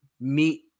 meet